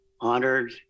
honored